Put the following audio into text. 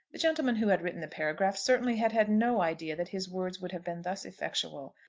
the gentleman who had written the paragraph certainly had had no idea that his words would have been thus effectual.